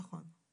נכון.